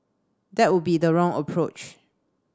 that would be the wrong approach